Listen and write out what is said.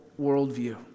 worldview